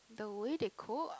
the way they cook